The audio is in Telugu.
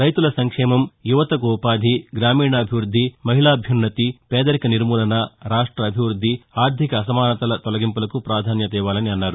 రైతుల సంక్షేమం యువతకు ఉపాధి గ్రామీణాభివృద్ధి మహిళాభ్యన్నతి పేదరిక నిర్మూలన రాష్టాభివృద్ది ఆర్ణిక అసమానతల తొలగింపులకు పాధాన్యత ఇవ్వాలన్నారు